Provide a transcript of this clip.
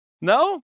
no